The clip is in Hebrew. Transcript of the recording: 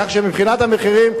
כך שמבחינת המחירים,